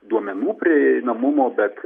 duomenų prieinamumo bet